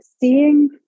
seeing